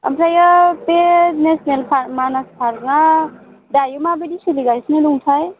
ओमफ्राय बे national park Manas park आ दायो माबायदि सोलिगासिनो दंथाय